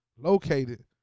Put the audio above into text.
Located